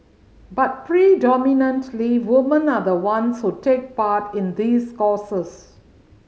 but predominantly women are the ones who take part in these courses